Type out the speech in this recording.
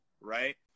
right